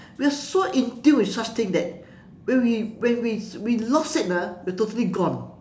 we are so in tune with such things that when we when we we lost it ah we're totally gone